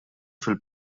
fil